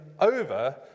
over